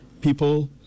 people